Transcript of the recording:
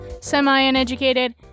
semi-uneducated